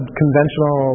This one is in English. conventional